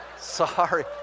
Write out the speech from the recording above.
sorry